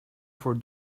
for